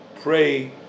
pray